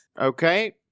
Okay